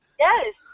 Yes